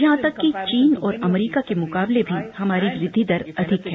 यहाँ तक कि चीन और अमरीका के मुकाबले भी हमारी वृद्धि दर अधिक हैं